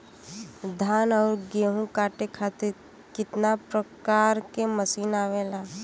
धान और गेहूँ कांटे खातीर कितना प्रकार के मशीन आवेला?